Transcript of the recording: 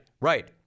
right